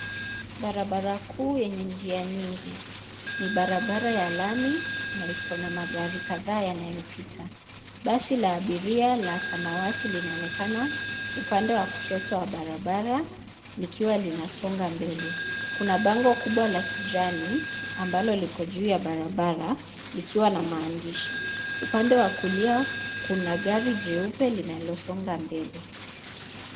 Barabara kuu yenye njia nyingi. Ni barabara ya lami na iko na magari kadhaa yanayopita. Basi la abiria la samawati linaonekana upande wa kushoto wa barabara, likiwa linasonga mbele. Kuna bango kubwa la kijani, ambalo liko juu ya barabara, likiwa na maandishi. Upande wa kulia kuna gari jeupe linalosonga mbele.